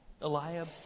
Eliab